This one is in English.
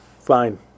Fine